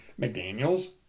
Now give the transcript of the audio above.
McDaniels